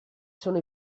sono